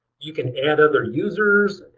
you can add other users.